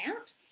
out